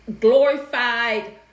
glorified